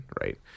right